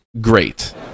great